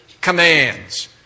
commands